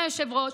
אדוני היושב-ראש,